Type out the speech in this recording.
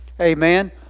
Amen